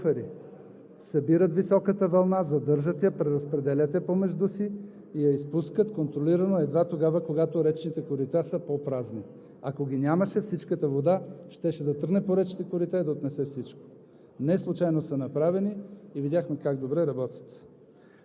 Видяхме добрата роля на язовирите. Действат като буфери – събират високата вълна, задържат я, преразпределят я помежду си и я изпускат контролирано едва тогава, когато речните корита са по празни. Ако ги нямаше, всичката вода щеше да тръгне по речните корита и да отнесе всичко.